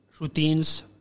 routines